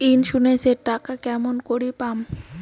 Insurance এর টাকা কেমন করি পাম?